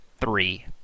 three